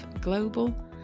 Global